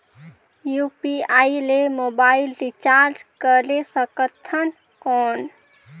UPI ले mobile recharge करे सकथन कौन?